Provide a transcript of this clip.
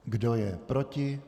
Kdo je proti.